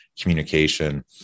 communication